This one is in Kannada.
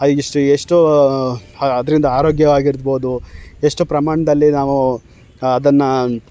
ಆ ಎಷ್ಟು ಎಷ್ಟೋ ಅ ಅದರಿಂದ ಆರೋಗ್ಯವಾಗಿರ್ಬೋದು ಎಷ್ಟು ಪ್ರಮಾಣದಲ್ಲಿ ನಾವು ಅದನ್ನು